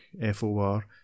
F-O-R